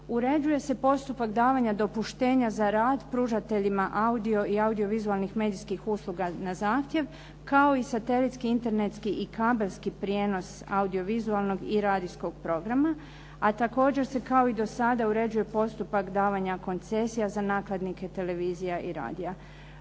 Uređuje se postupak davanja dopuštenja za rad pružateljima audio i audio-vizualnih medijskih usluga na zahtjev, kao i satelitski, internetski i kabelski prijenos audio-vizualnog i radijskog programa, a također se kao i do sada uređuje postupak davanja koncesija za nakladnike televizija i radija.